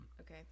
okay